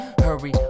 Hurry